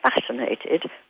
fascinated